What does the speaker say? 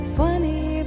funny